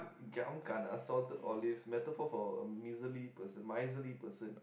giam kana salted olives metaphor for a miserly person miserly person